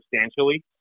substantially